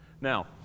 Now